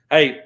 Hey